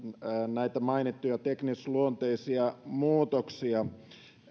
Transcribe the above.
näitä mainittuja teknisluonteisia muutoksia